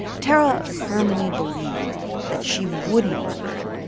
tarra firmly believed that she wouldn't revert,